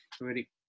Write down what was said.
ready